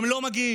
הם לא מגיעים.